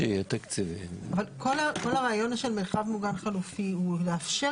כל הרעיון של מרחב מוגן חלופי הוא לאפשר